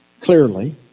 clearly